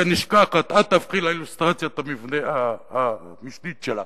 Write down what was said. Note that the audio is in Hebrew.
נשכחת את תהפכי לאילוסטרציית המבנה המשנית שלה.